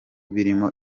birimo